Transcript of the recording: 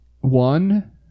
one